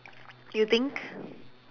you think